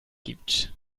gibt